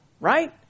right